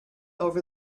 over